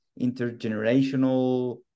intergenerational